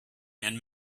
and